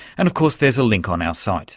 and of course there's a link on our site.